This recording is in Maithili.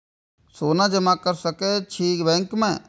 सोना जमा कर सके छी बैंक में?